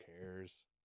cares